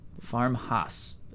farmhouse